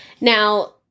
Now